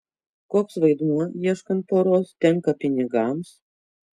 koks vaidmuo ieškant poros tenka pinigams